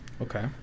Okay